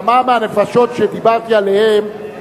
כמה מהנפשות שדיברתי עליהן,